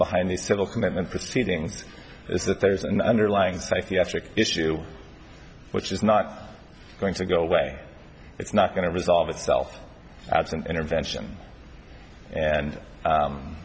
behind the civil commitment proceedings is that there's an underlying psychiatric issue which is not going to go away it's not going to resolve itself absent intervention and